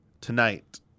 tonight